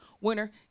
winner